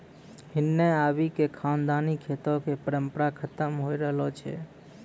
हिन्ने आबि क खानदानी खेतो कॅ परम्परा खतम होय रहलो छै